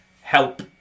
help